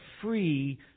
free